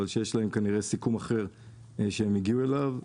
ויש להם כנראה סיכום אחר שהם הגיעו אליו.